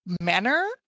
manner